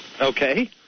Okay